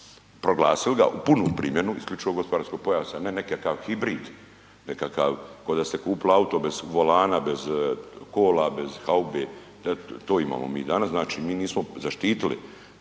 proglasili ga u punu primjenu isključivog gospodarskog pojasa, ne nekakav hibrid, nekakav ko da ste kupili auto bez volana, bez kola, bez haube, eto to imamo mi danas. Znači mi nismo zaštitili